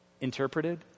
interpreted